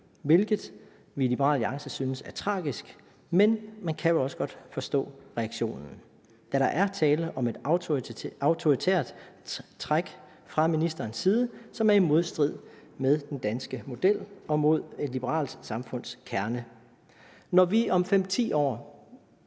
hvilket vi i Liberal Alliance synes er tragisk. Men man kan jo også godt forstå reaktionen, da der er tale om et autoritært træk fra ministerens side, som er i modstrid med den danske model og imod et liberalt samfunds kerne. Når vi om 5-10 år